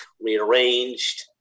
rearranged